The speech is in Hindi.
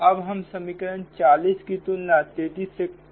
अब हम समीकरण 40 की तुलना 33 से कर रहे